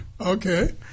Okay